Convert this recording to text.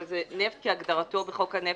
אבל זה נפט כהגדרתו בחוק הנפט,